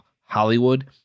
Hollywood